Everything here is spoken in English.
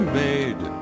made